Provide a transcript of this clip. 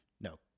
no